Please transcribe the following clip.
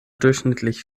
durchschnittlich